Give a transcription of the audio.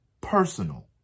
personal